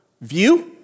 view